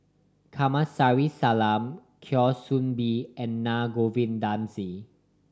Kamsari Salam Kwa Soon Bee and Naa Govindasamy